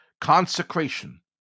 consecration